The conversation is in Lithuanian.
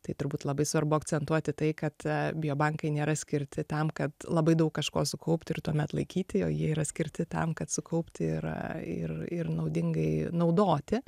tai turbūt labai svarbu akcentuoti tai kad biobankai nėra skirti tam kad labai daug kažko sukaupti ir tuomet laikyti o jie yra skirti tam kad sukaupti ir ir ir naudingai naudoti